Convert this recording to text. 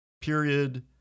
period